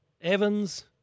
Evans